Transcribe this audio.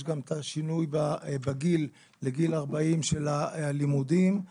יש גם את השינוי בגיל של הלימודים לגיל 40,